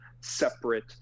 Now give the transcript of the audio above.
separate